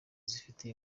zifite